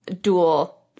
dual